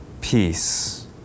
Peace